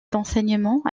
d’enseignement